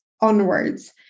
onwards